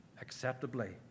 acceptably